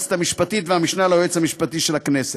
היועצת המשפטית והמשנה ליועץ המשפטי של הכנסת.